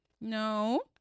No